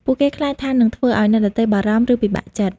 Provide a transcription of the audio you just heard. ពួកគេខ្លាចថានឹងធ្វើឱ្យអ្នកដទៃបារម្ភ ឬពិបាកចិត្ត។